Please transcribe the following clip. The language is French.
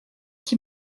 qui